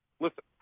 listen